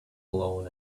blown